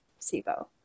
SIBO